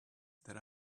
that